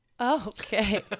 Okay